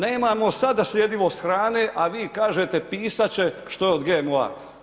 Nemamo sada slijedvost hrane, a vi kažete pisat će što je od GMO-a.